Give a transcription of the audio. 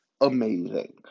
amazing